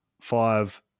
five